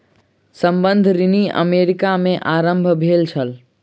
संबंद्ध ऋण अमेरिका में आरम्भ भेल छल